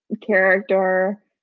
character